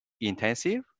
intensive